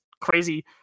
crazy